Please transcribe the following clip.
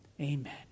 Amen